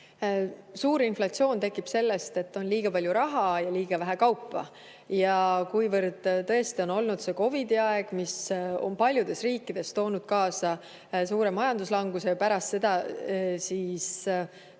Suur inflatsioon tekib sellest, et on liiga palju raha ja liiga vähe kaupa. Tõesti on olnud COVID‑i aeg, mis on paljudes riikides toonud kaasa suure majanduslanguse, ja pärast seda, kui